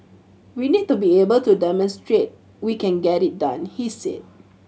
we need to be able to demonstrate we can get it done he said